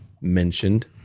mentioned